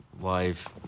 life